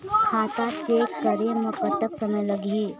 खाता चेक करे म कतक समय लगही?